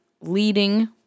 leading